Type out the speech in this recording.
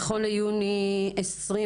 נכון ליוני 2022,